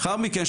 לאחר מכן,